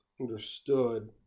understood